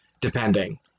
depending